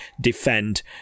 defend